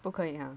不可以了